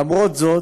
למרות זאת,